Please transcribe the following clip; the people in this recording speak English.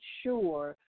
sure